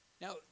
Now